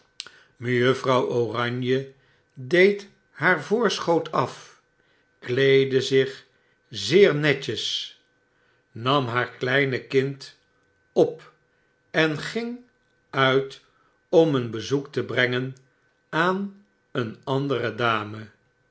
mejuffrouw oranje deed haar voorschoot af kleedde zich zeer netjes nam haar kleinekind op en ging uit om een bezoek te brensrenaan een andere dame